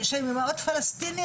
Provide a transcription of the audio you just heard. שהן אמהות פלסטיניות,